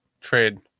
trade